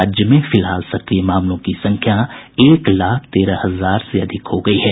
राज्य में फिलहाल सक्रिय मामलों की संख्या एक लाख तेरह हजार से अधिक हो गयी है